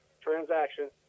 transaction